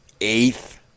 eighth